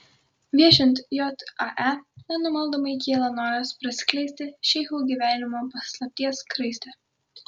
viešint jae nenumaldomai kyla noras praskleisti šeichų gyvenimo paslapties skraistę